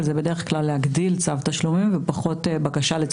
אבל זה בדרך כלל להגדיל צו תשלומים ופחות בקשה לצו